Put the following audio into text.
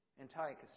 Antiochus